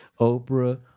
Oprah